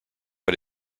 but